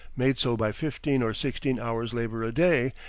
made so by fifteen or sixteen hours' labor a day,